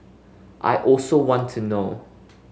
I also want to know